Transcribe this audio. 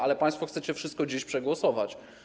Ale państwo chcecie wszystko dziś przegłosować.